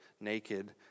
naked